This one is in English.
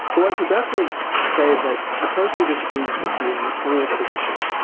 but when progressives say that the person who disagrees with me on the twentieth position.